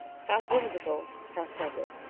half-whimsical, half-tender.